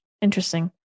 Interesting